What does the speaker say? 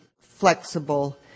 flexible